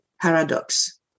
paradox